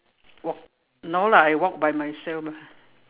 walk no lah I walk by myself lah